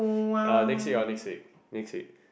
uh next week lor next week next week